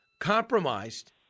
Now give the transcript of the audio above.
compromised